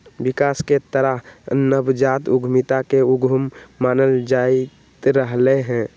विकास के तरफ नवजात उद्यमिता के उद्यत मानल जाईंत रहले है